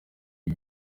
ibi